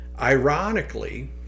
ironically